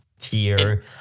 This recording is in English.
tier